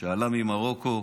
שעלה ממרוקו